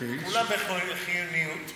כולם בחיוניות,